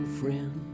friend